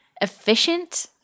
efficient